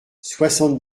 soixante